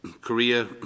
Korea